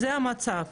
זה המצב,